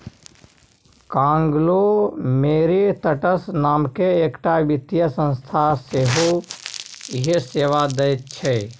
conglomerates नामकेँ एकटा वित्तीय संस्था सेहो इएह सेवा दैत छै